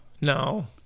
No